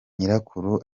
nyirakuru